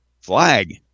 Flag